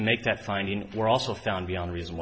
to make that finding were also found beyond reason